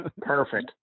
Perfect